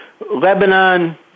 Lebanon